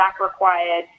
required